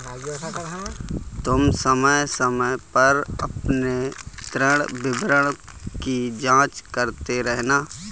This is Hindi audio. तुम समय समय पर अपने ऋण विवरण की जांच करते रहना